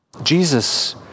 Jesus